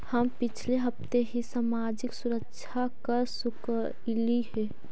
हम पिछले हफ्ते ही सामाजिक सुरक्षा कर चुकइली हे